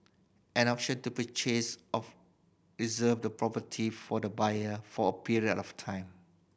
an option to purchase of reserve the property for the buyer for a period of time